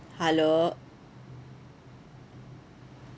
hello